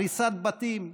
הריסת בתים,